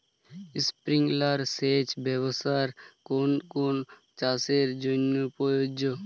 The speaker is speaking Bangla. স্প্রিংলার সেচ ব্যবস্থার কোন কোন চাষের জন্য প্রযোজ্য?